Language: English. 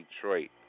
Detroit